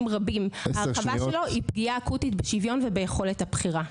ההרחבה שלו היא פגיעה אקוטית בשוויון וביכולת הבחירה.